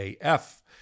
AF